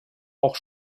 auch